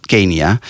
Kenia